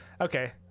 okay